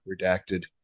redacted